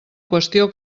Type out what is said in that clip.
qüestió